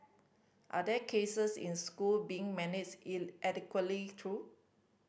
are there cases in school being managed in adequately though